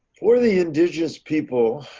for the indigenous people,